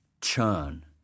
churn